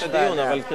יש